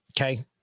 okay